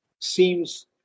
seems